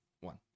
one